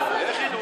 איך ידעו?